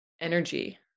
energy